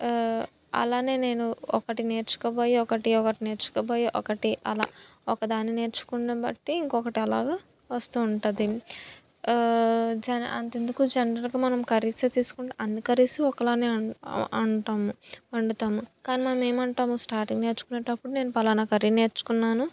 అలాగ నేను ఒకటి నేర్చుకో పోయి ఒకటి ఒకటి నేర్చుకో పోయి ఒకటి అలా ఒకదాని నేర్చుకున్న బట్టి ఇంకొకటి అలాగ వస్తు ఉంటుంది జ అంతెందుకు జనరల్గా మనం కర్రీస్ తీసుకుంటే అన్నీ కర్రీసు ఒకలాగా అన్ అంటాము వండుతాము కానీ మనం ఏమంటాము స్టార్టింగ్ నేర్చుకునేటప్పుడు నేను ఫలానా కర్రీ నేర్చుకున్నాను